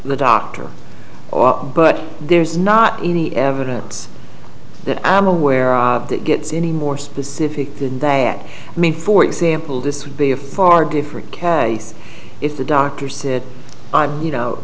the doctor but there's not any evidence that i am aware of that gets any more specific than that i mean for example this would be a far different cat if the doctor said i you know